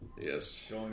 yes